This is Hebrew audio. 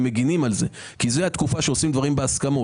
מגנים על זה כי זה התקופה שעושים דברים בהסכמות,